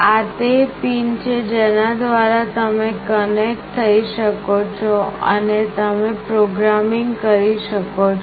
આ તે પિન છે જેના દ્વારા તમે કનેક્ટ થઈ શકો છો અને તમે પ્રોગ્રામિંગ કરી શકો છો